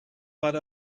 but